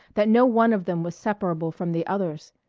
that no one of them was separable from the others!